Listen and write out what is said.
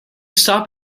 stop